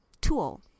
tool